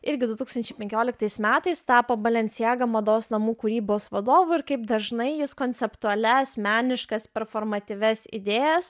irgi du tūkstančiai penkioliktais metais tapo balencijaga mados namų kūrybos vadovu ir kaip dažnai jis konceptualias meniškas performatyvias idėjas